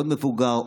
עוד מבוגר,